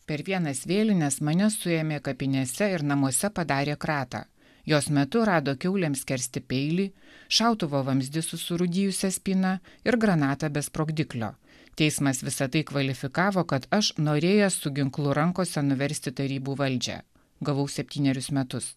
per vienas vėlines mane suėmė kapinėse ir namuose padarė kratą jos metu rado kiaulėms skersti peilį šautuvo vamzdį su surūdijusia spyną ir granatą be sprogdiklio teismas visa tai kvalifikavo kad aš norėjęs su ginklu rankose nuversti tarybų valdžią gavau septynerius metus